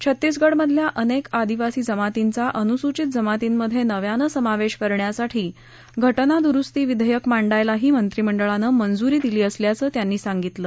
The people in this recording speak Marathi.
छत्तीसगडमधल्या अनेक आदिवासी जमातींचा अनुसूचित जमातींमधे नव्यानं समावेश करण्यासाठी घटना दुरुस्ती विधेयक मांडायलाही मंत्रिमंडळानं मंजुरी दिली असल्याचं त्यांनी सांगितलं